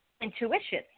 intuition